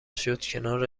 شد، کنار